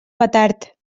petard